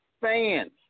fans